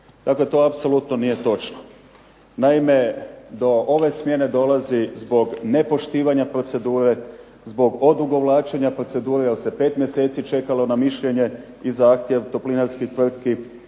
Dakle, to apsolutno nije točno. Naime, do ove smjene dolazi zbog nepoštivanja procedure, zbog odugovlačenja procedure jer se 5 mjeseci čekalo na mišljenje i zahtjev toplinarskih tvrtki,